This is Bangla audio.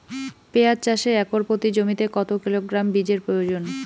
পেঁয়াজ চাষে একর প্রতি জমিতে কত কিলোগ্রাম বীজের প্রয়োজন?